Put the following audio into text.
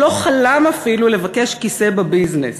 הוא לא חלם אפילו לבקש כיסא בביזנס,